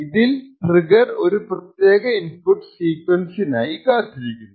ഇതിൽ ട്രിഗ്ഗർ ഒരു പ്രത്യേക ഇൻപുട്ട് സീക്വൻസിനായി കാത്തിരിക്കുന്നു